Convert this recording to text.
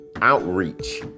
outreach